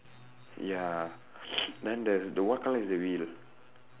ya then there's the what colour is the wheel